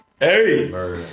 Hey